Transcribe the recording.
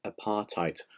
apartheid